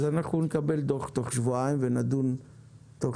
אז אנחנו נקבל דוח תוך שבועיים ונדון תוך